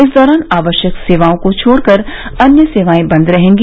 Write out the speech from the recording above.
इस दौरान आवश्यक सेवाओं को छोड़कर अन्य सेवाएं बंद रहेंगी